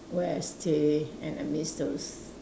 where I stay and I missed those